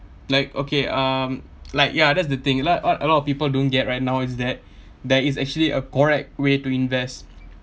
like okay um like ya that's the thing like uh a lot of people don't get right now is that there is actually a correct way to invest